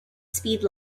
speed